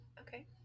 okay